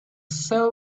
soul